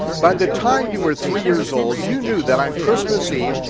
by the time you were three years old you knew that on christmas eve,